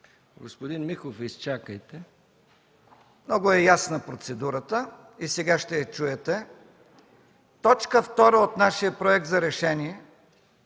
Господин Михов, изчакайте! ЛЮТВИ МЕСТАН: Много е ясна процедурата и сега ще я чуете. Точка втора от нашия Проект за решение